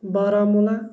Baramulla